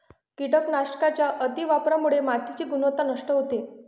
कीटकनाशकांच्या अतिवापरामुळे मातीची गुणवत्ता नष्ट होते